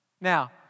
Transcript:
Now